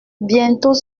bientôt